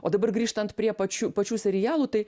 o dabar grįžtant prie pačių pačių serialų tai